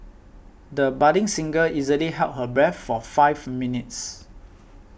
the budding singer easily held her breath for five minutes